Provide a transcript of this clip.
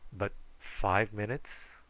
but five minutes',